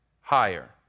higher